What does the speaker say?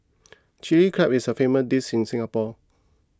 Chilli Crab is a famous dish in Singapore